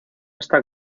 está